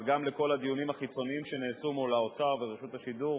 אבל גם לכל הדיונים החיצוניים שנעשו מול האוצר ורשות השידור